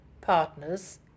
partners